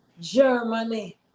Germany